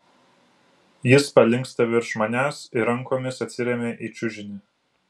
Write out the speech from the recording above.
jis palinksta virš manęs ir rankomis atsiremia į čiužinį